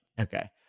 Okay